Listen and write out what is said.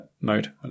mode